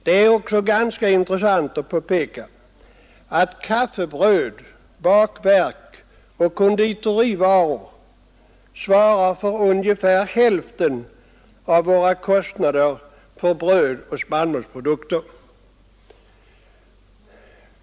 Det är också ganska intressant att notera att kaffebröd, bakverk och konditorivaror svarar för ungefär hälften av våra utlägg för bröd och spannmålsprodukter.